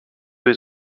was